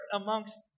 amongst